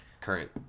current